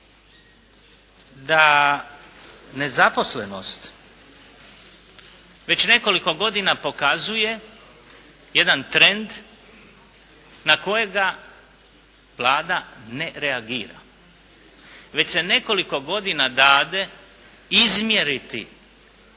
da nezaposlenost već nekoliko godina pokazuje jedan trend na kojega Vlada ne reagira. Već se nekoliko godina dade izmjeriti